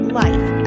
life